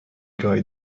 guy